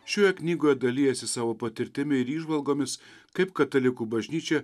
šioje knygoje dalijasi savo patirtimi ir įžvalgomis kaip katalikų bažnyčia